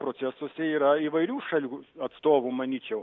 procesuose yra įvairių šalių atstovų manyčiau